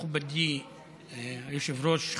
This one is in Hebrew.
מכובדי היושב-ראש,